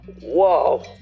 Whoa